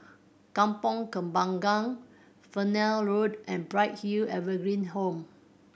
Kampong Kembangan Fernvale Road and Bright Hill Evergreen Home